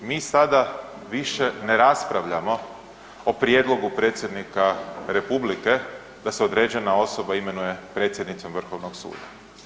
Mi sada više ne raspravljamo o prijedlogu Predsjednika Republike da se određena osoba imenuje predsjednicom Vrhovnog suda.